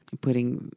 putting